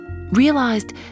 realized